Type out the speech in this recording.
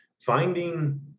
finding